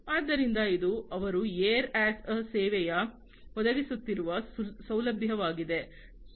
ಆದ್ದರಿಂದ ಇದು ಅವರು ಏರ್ ಯಾಸ್ ಎ ಸೇವೆಯು ಒದಗಿಸುತ್ತಿರುವ ಸೌಲಭ್ಯವಾಗಿದೆ